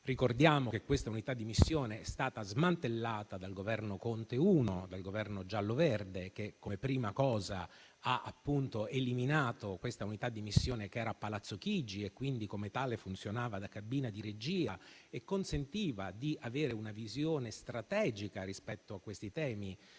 Ricordiamo che questa unità di missione è stata smantellata dal Governo gialloverde Conte I, che, come prima cosa, ha eliminato quest'unità di missione che era a Palazzo Chigi, come tale funzionava da cabina di regia e consentiva di avere una visione strategica rispetto a questi temi.